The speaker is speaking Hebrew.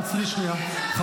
עצרי שנייה, עצרי שנייה.